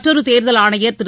மற்றொருதேர்தல் ஆணையர் திரு